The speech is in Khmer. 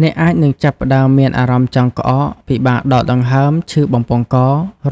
អ្នកអាចនឹងចាប់ផ្តើមមានអារម្មណ៍ចង់ក្អក ពិបាកដកដង្ហើម ឈឺបំពង់ក